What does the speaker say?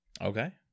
Okay